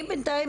אני בינתיים,